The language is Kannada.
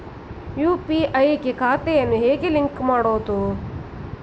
ಯು.ಪಿ.ಐ ಗೆ ಖಾತೆಯನ್ನು ಹೇಗೆ ಲಿಂಕ್ ಮಾಡುವುದು?